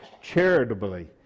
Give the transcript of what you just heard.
charitably